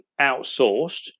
outsourced